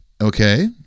okay